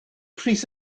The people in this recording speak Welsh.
pris